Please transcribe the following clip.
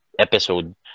episode